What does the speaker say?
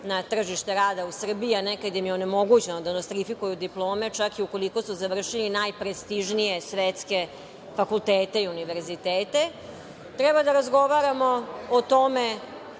na tržište rada u Srbiji, a nekad im je onemogućeno da nostrifikuju diplome, čak i ukoliko su završili najprestižnije svetske fakultete i univerzitete. Treba da razgovaramo o tome